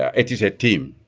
it is a team,